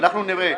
ואנחנו נראה,